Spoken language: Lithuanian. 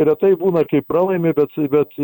retai būna kai pralaimi bet bet